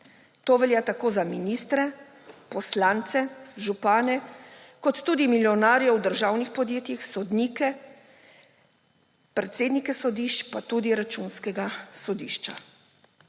To velja tako za ministre, poslance, župane kot tudi milijonarje v državnih podjetjih, sodnike, predsednike sodišč, pa tudi Računskega sodišča.